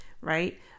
right